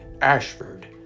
Ashford